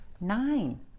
Nine